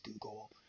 Google